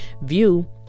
view